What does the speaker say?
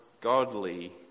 godly